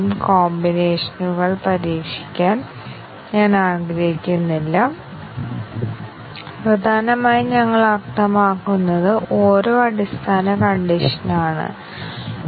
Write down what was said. അക്കം ഉയർന്നത് തെറ്റും അക്കം കുറഞ്ഞ് സത്യവും തെറ്റും ആയി നിലനിർത്തുന്നതിലൂടെ ഞങ്ങൾ ബ്രാഞ്ച് കവറേജ് നേടുന്നു പക്ഷേ അക്കം ഉയർന്നത് ശരിയാകുമ്പോൾ മാത്രമേ ബഗ് സംഭവിക്കുകയുള്ളൂ